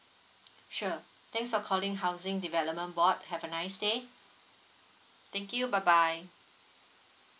sure thanks for calling housing development board have a nice day thank you bye bye